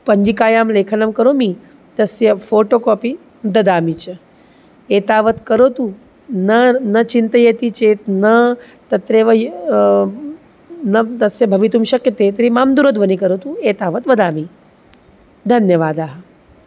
पञ्जिकायां लेखनं करोमि तस्य फ़ोटो कोपि ददामि च एतावत् करोतु न न चिन्तयति चेत् न तत्रैव न तस्य भवितुं शक्यते तर्हि मां दूरध्वनिं करोतु एतावत् वदामि धन्यवादाः